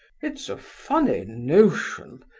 it's a funny notion,